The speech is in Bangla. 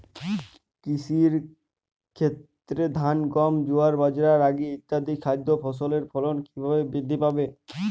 কৃষির ক্ষেত্রে ধান গম জোয়ার বাজরা রাগি ইত্যাদি খাদ্য ফসলের ফলন কীভাবে বৃদ্ধি পাবে?